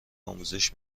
آموزش